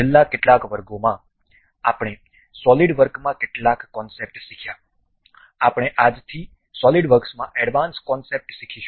છેલ્લા કેટલાક વર્ગોમાં અમે સોલિડવર્કમાં કેટલાક કોન્સેપ્ટ શીખ્યા આપણે આજથી સોલિડવર્કસમાં એડવાન્સ કોન્સેપ્ટ શીખીશું